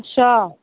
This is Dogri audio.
अच्छा